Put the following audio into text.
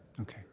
Okay